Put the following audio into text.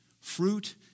Fruit